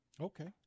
Okay